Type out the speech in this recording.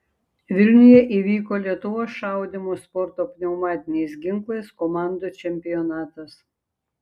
vilniuje įvyko lietuvos šaudymo sporto pneumatiniais ginklais komandų čempionatas